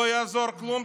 לא יעזור כלום,